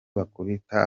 bakubita